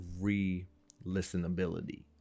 re-listenability